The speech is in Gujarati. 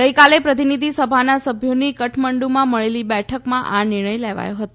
ગઈકાલે પ્રતિનિધિ સભાના સભ્યોની કાઠમંડમાં મળેલી બેઠકમાં આ નિર્ણય લેવાયો હતો